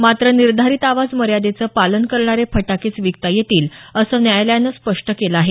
मात्र निर्धारित आवाज मर्यादेचं पालन करणारे फटाकेच विकता येतील असं न्यायालयानं स्पष्ट केलं आहे